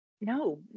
No